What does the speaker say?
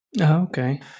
Okay